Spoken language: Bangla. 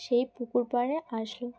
সেই পুকুর পাড়ে আসলো